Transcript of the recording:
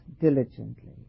diligently